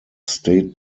state